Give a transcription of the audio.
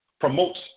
Promotes